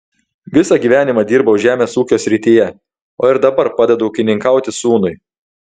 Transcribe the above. visą gyvenimą dirbau žemės ūkio srityje o ir dabar padedu ūkininkauti sūnui